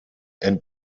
and